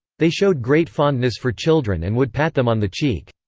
they showed great fondness for children and would pat them on the cheek.